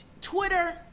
Twitter